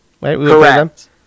Correct